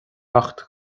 acht